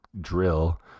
drill